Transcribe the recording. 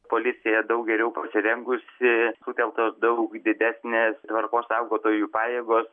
policija daug geriau pasirengusi sutelktos daug didesnės tvarkos saugotojų pajėgos